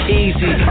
easy